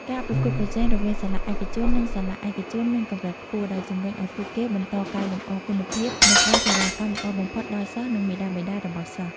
ការប្រកួតប្រជែងរវាងសាលាឯកជននិងសាលាឯកជនមានកម្រិតខ្ពស់ ដែលជំរុញឱ្យពួកគេ បន្តកែលម្អគុណភាព និងផ្តល់សេវាកម្មល្អបំផុតដល់សិស្ស និងមាតាបិតារបស់សិស្ស។